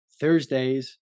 Thursdays